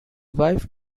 wife